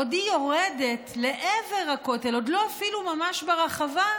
עודי יורדת לעבר הכותל, עוד לא אפילו ממש ברחבה,